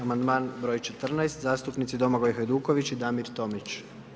Amandman broj 14. zastupnici Domagoj Hajduković i Damir Tomić.